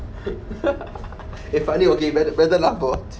eh finally okay better better life for us